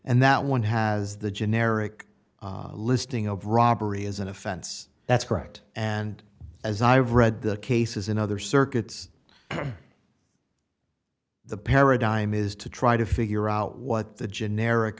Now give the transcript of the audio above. and that one has the generic listing of robbery as an offense that's correct and as i've read the cases in other circuits the paradigm is to try to figure out what the generic